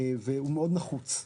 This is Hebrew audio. והוא מאוד נחוץ.